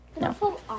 No